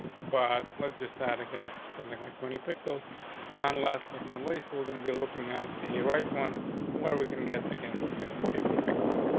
but let's just that again. something like twenty pixels on last but not least, we're gonna be looking at the right one where we can get against have been, like, fifty pixels.